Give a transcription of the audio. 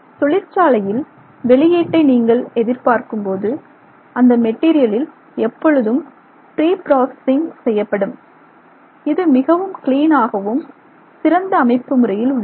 தொழிற்சாலையில் வெளியீட்டை நீங்கள் எதிர் பார்க்கும் போது அந்த மெட்டீரியலில் எப்பொழுதும் ப்ரீ ப்ராசஸிங் செய்யப்படும் இது மிகவும் கிளீனாகவும் சிறந்த அமைப்பு முறையில் உள்ளது